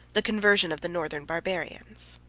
the conversion of the northern barbarians.